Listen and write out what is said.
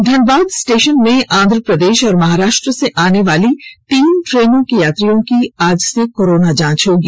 Dhanbad station में आंध्र प्रदेश और महाराष्ट्र से आने वाली तीन ट्रेनों के यात्रियों की आज से कोरोना जांच होगी